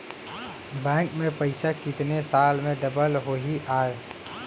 Bank में पइसा कितने साल में डबल होही आय?